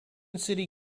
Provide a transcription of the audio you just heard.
city